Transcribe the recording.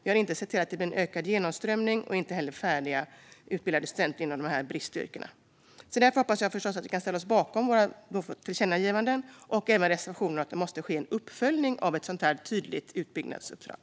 Man har inte sett till att det blir ökad genomströmning eller färdigutbildade studenter inom bristyrkena. Jag hoppas förstås att riksdagen kan ställa sig bakom våra tillkännagivanden och även våra reservationer. Det måste ske en uppföljning av ett så här tydligt utbyggnadsuppdrag.